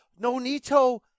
Nonito